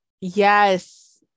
Yes